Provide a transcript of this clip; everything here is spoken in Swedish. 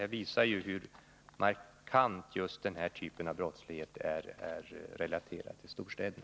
Detta visar ju hur markant den här procenten av brottslighet är relaterad till storstäderna.